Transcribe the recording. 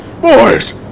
Boys